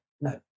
no